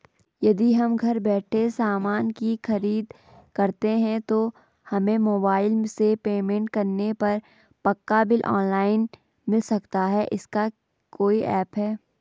यदि हम घर बैठे सामान की खरीद करते हैं तो हमें मोबाइल से पेमेंट करने पर पक्का बिल ऑनलाइन मिल सकता है इसका कोई ऐप है